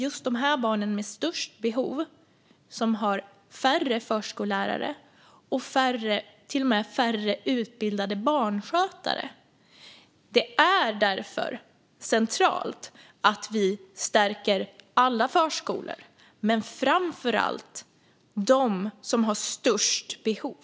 Just de barn som har störst behov har färre förskollärare och till och med färre utbildade barnskötare. Det är därför centralt att vi stärker alla förskolor men framför allt dem där barnen har störst behov.